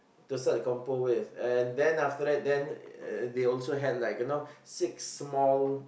to start the compo with and then after that then they also have like you know six small